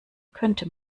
könnte